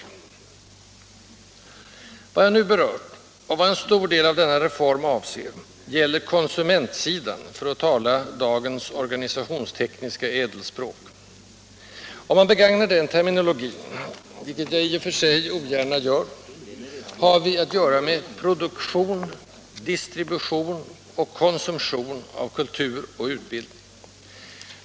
Vad jag nu berört — och vad en stor del av denna ”reform” avser — gäller konsumentsidan, för att tala dagens organisationstekniska ädelspråk. Om man begagnar den terminologin — vilket jag i och för sig ogärna gör — har vi att göra med produktion, distribution och konsumtion av kultur och utbildning.